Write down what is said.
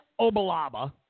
Obalaba